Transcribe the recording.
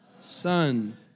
son